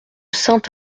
saint